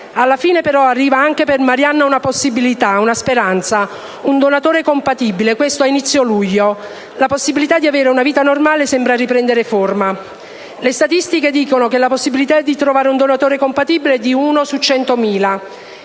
Alla fine però arriva anche per Marianna una possibilità, una speranza: un donatore compatibile. Ad inizio luglio 2013 la possibilità di avere una vita normale sembra riprendere forma. Le statistiche dicono che la possibilità di trovare un donatore compatibile è di 1 su 100.000.